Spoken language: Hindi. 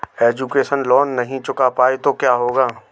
एजुकेशन लोंन नहीं चुका पाए तो क्या होगा?